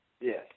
yes